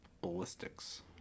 ballistics